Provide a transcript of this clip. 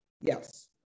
yes